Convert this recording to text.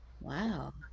Wow